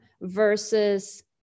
versus